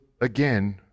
again